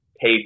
pay